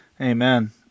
Amen